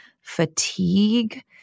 fatigue